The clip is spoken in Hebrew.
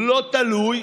לא תלוי.